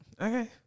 Okay